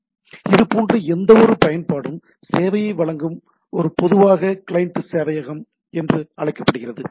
எனவே இது போன்ற எந்தவொரு பயன்பாடும் சேவையை வழங்கும் இது பொதுவாக கிளையன்ட் சேவையகம் என்று அழைக்கப்படுகிறது